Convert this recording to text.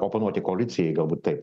oponuoti koalicijai galbūt taip